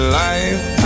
life